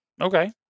Okay